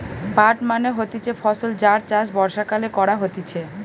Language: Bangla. পাট মানে হতিছে ফসল যার চাষ বর্ষাকালে করা হতিছে